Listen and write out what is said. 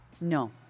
No